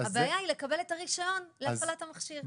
הבעיה היא לקבל את הרישיון להפעיל את המכשיר.